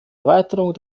erweiterung